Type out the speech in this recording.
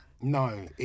No